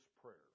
prayer